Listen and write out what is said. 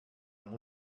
amb